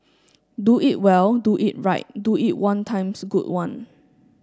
do it well do it right do it one times good one